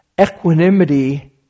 Equanimity